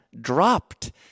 dropped